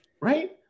Right